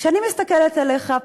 כשאני מסתכלת עליך,